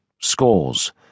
scores